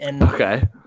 Okay